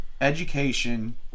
education